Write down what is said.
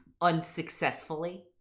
unsuccessfully